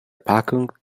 packung